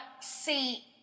see